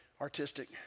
artistic